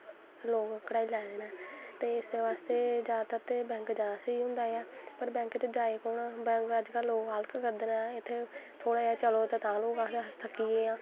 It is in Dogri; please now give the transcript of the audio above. लोग कड़हाई लैदे न ते इस बास्तै ते बैंक जादा स्हेई होंदा ऐ पर बैंक बिच्च जाए कु'न अज्ज कल लोग अलख करदे न थोह्ड़ा जा बी चलो ते आखदे अस थक्की गे आं